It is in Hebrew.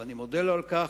ואני מודה לו על כך.